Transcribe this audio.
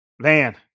Man